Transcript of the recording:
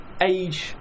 age